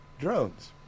drones